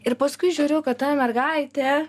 ir paskui žiūriu kad ta mergaitė